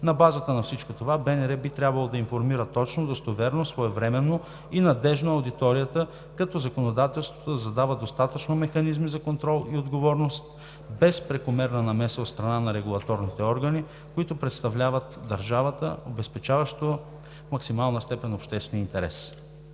На базата на всичко това БНР би трябвало да информира точно, достоверно, своевременно и надлежно аудиторията, като законодателството да задава достатъчно механизми за контрол и отговорност без прекомерна намеса от страна на регулаторните органи, които представляват държавата, обезпечаващо в максимална степен обществения интерес.